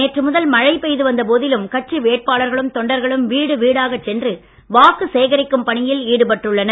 நேற்று முதல் மழை பெய்து வந்த போதிலும் கட்சி வேட்பாளர்களும் தொண்டர்களும் வீடு வீடாக சென்று வாக்குச் சேகரிக்கும் பணியில் ஈடுபட்டுள்ளனர்